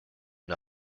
and